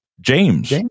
James